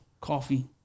coffee